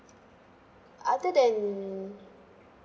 other than